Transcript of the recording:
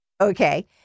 Okay